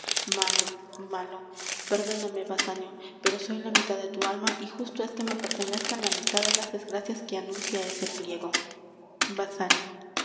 malo malo perdóname basanio pero soy la mitad de tu alma y justo es que me pertenezcan la mitad de las desgracias que anuncia ese pliego